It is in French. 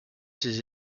ses